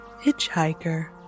hitchhiker